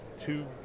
two